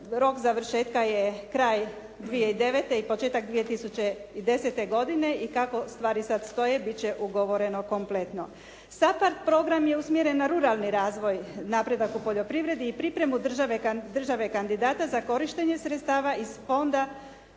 rok završetka je kraj 2009. i početak 2010. godine. I kako stvari sada stoje biti će ugovoreno konpletno. SAPARD program je usmjeren na ruralni razvoj, napredak u poljoprivredi i pripremu države kandidata za korištenje sredstava iz fonda